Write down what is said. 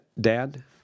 Dad